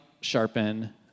sharpen